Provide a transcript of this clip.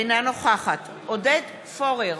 אינה נוכחת עודד פורר,